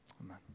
amen